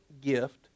gift